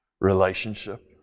relationship